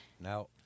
Now